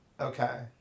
okay